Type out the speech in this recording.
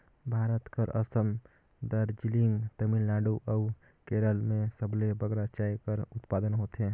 भारत कर असम, दार्जिलिंग, तमिलनाडु अउ केरल में सबले बगरा चाय कर उत्पादन होथे